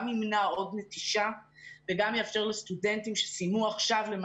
גם ימנע עוד נטישה וגם יאפשר לסטודנטים שסיימו עכשיו תואר ראשון,